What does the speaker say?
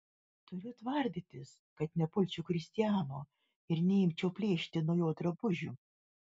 turiu tvardytis kad nepulčiau kristiano ir neimčiau plėšti nuo jo drabužių